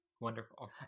Wonderful